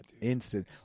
Instant